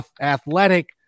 athletic